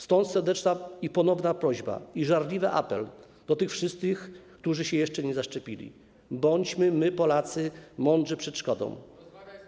Stąd serdeczna ponowna prośba i żarliwy apel do tych wszystkich, którzy się jeszcze nie zaszczepili: bądźmy my, Polacy, mądrzy przed szkodą.